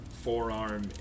forearm